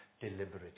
deliberately